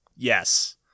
Yes